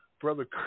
Brother